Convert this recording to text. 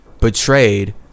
betrayed